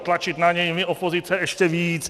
Tlačit na něj my opozice ještě víc.